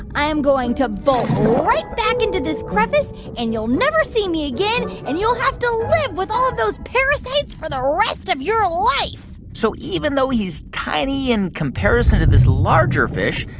i'm going to bolt right back into this crevice, and you'll never see me again, and you'll have to live with all of those parasites for the rest of your life so even though he's tiny in comparison to this larger fish,